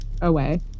away